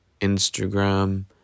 Instagram